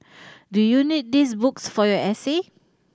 do you need these books for your essay